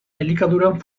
elikaduran